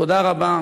תודה רבה.